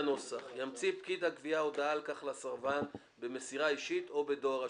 ימציא פקיד הגבייה הודעה על כך לסרבן במסירה אישית או בדואר רשום.